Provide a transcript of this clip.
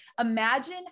imagine